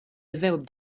develop